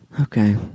Okay